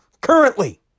Currently